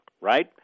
right